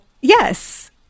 Yes